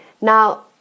Now